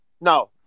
No